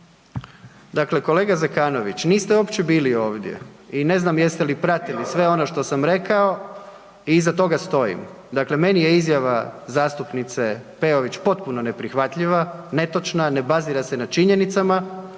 Dakle kolega Zekanović, niste uopće bili ovdje i ne znam jeste li pratili sve ono što sam rekao i iza toga stojim. Dakle, meni je izjava zastupnice Peović potpuno neprihvatljiva, netočna, ne bazira se na činjenicama